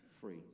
free